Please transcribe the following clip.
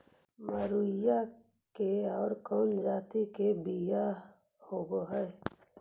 मडूया के और कौनो जाति के बियाह होव हैं?